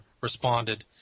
responded